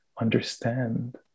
understand